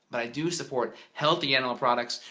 but i do support healthy animal products,